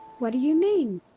what do you mean?